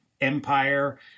empire